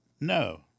No